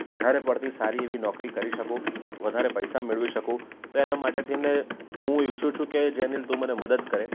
વધારે પડતી સારી એવી નોકરી કરી શકું વધારે પૈસા મેળવી શકું તો એના માટે થઈને હું ઈચ્છું છું કે જેનિલ તું મને મદદ કરે